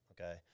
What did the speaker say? Okay